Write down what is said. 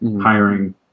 hiring